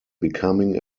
becoming